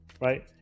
Right